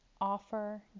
offer